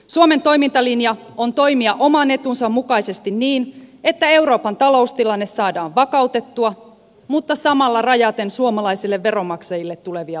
suomen toimintalinja on toimia oman etunsa mukaisesti niin että euroopan taloustilanne saadaan vakautettua mutta samalla rajaten suomalaisille veronmaksajille tulevia vastuita